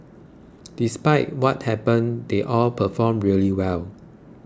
despite what happened they all performed really well